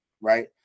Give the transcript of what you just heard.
right